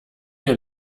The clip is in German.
hier